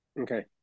Okay